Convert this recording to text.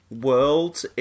world